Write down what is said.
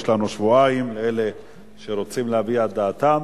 יש שבועיים לאלה שרוצים להביע את דעתם,